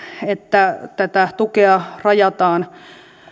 että tätä tukea rajataan